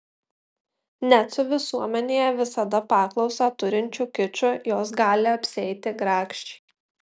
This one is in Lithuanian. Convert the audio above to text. net su visuomenėje visada paklausą turinčiu kiču jos gali apsieiti grakščiai